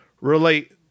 relate